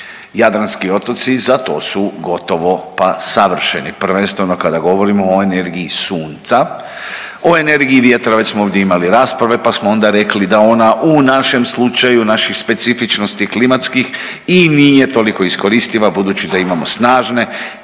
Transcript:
Jadranski otoci za to su gotovo pa savršeni prvenstveno kada govorimo o energiji sunca. O energiji vjetra već smo ovdje imali rasprave pa smo onda rekli da ona u našem slučaju, naših specifičnosti klimatskih i nije toliko iskoristiva budući da imamo snažne